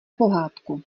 pohádku